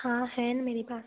हाँ है न मेरे पास